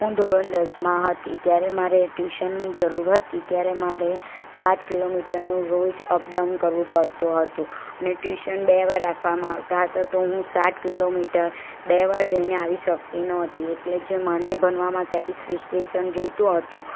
હું ધોરણ દસમાં હતી ત્યારે મારે ટ્યુશનની જરૂર હતી ત્યારે મારે સાત કિલોમીટરનું રોજ અપડાઉન કરવું પડતું હતું અને ટ્યુશન બે વાર રાખવામાં આવતા તો હું સાત કિલોમીટર બે વાર જઈને આવી શકતી નહોતી એટલે જે મને ભણવામાં સેટિસફીકેસન જોઈતું હતું